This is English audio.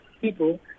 people